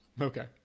Okay